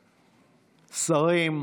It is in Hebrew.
שרים,